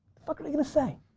fuck are they gonna say?